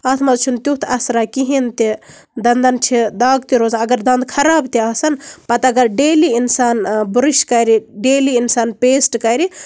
اَتھ منٛز چھُنہٕ تیُتھ اَثرا کِہیٖنٛۍ تہِ دَنٛدن چھِ دَگ تہِ روزان اَگر دَنٛد خراب تہِ آسان پَتہٕ اَگر ڈیلی اِنسان بُرُش کرِ ڈیلی اِنسان پیسٹہٕ کرِ